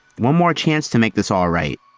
one more chance to make this all right.